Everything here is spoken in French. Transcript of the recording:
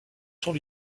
sont